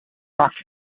rocket